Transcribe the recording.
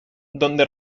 donde